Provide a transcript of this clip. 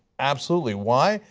absolutely, why?